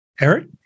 Eric